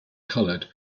colored